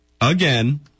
again